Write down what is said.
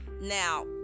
Now